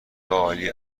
عالی